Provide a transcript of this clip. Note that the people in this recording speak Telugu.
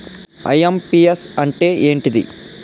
ఐ.ఎమ్.పి.యస్ అంటే ఏంటిది?